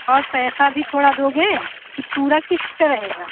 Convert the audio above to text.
और पैसा भी थोड़ा दोगे कि पूरा किश्त रहेगा